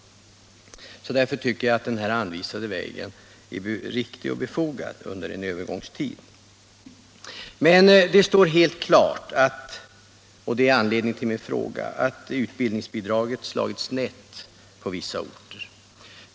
Därför tycker jag att den anvisade vägen är riktig och befogad under en övergångstid. Men det står helt klart — och det är anledningen till min fråga — att utbildningsbidraget slagit snett på vissa orter.